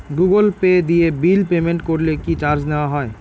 Google Pay দিয়ে bill payment করলে কি চার্জ নেওয়া হয়?